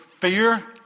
fear